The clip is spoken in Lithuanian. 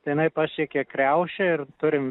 tai jinai pasiekė kriaušę ir turim